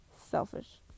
selfish